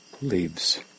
leaves